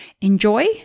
Enjoy